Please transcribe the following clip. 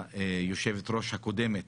שהיושבת-ראש הקודמת